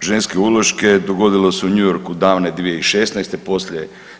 ženske uloške dogodilo se u New Yorku davne 2016., poslije.